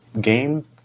game